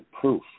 proof